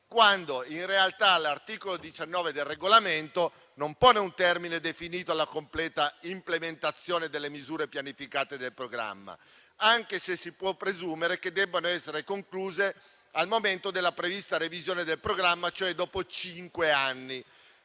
mentre, in realtà, l'articolo 19 del regolamento non pone un termine definito alla completa implementazione delle misure pianificate del programma, anche se si può presumere che debbano essere concluse al momento della prevista revisione del programma, cioè dopo cinque anni.